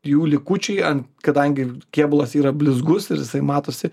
jų likučiai ant kadangi kėbulas yra blizgus ir jisai matosi